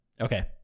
Okay